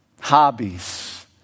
Hobbies